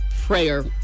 prayer